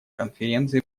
конференции